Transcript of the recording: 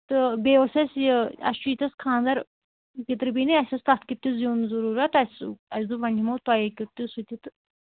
تہٕ بیٚیہِ اوس اَسہِ یہِ اَسہِ چھِ ییٚتیٚتھ خاندَر پِتٕر بیٚنہِ اَسہِ ٲس تَتھ کِتھ تہِ زیُٚن ضٔروٗرت اَسہِ اَسہِ دوٚپ وۄنۍ نِمو تۄے کیُٚتھ تہِ سُہ تہِ تہٕ